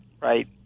right